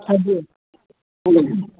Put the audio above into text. हजुर